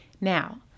now